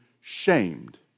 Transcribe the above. shamed